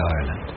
Ireland